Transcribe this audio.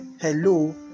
Hello